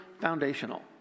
foundational